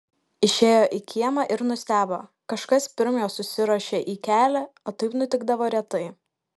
išėjo į kiemą ir nustebo kažkas pirm jo susiruošė į kelią o taip nutikdavo retai